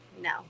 no